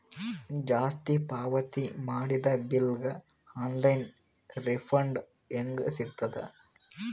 ಜಾಸ್ತಿ ಪಾವತಿ ಮಾಡಿದ ಬಿಲ್ ಗ ಆನ್ ಲೈನ್ ರಿಫಂಡ ಹೇಂಗ ಸಿಗತದ?